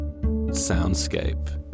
soundscape